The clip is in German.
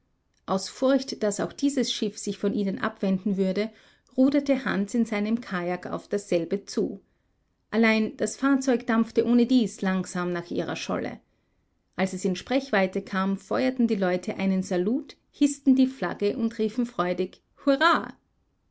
aus furcht daß auch dieses schiff sich von ihnen abwenden würde ruderte hans in seinem kajak auf dasselbe zu allein das fahrzeug dampfte ohnedies langsam nach ihrer scholle als es in sprechweite kam feuerten die leute einen salut hißten die flagge und riefen freudig hurra